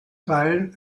fallen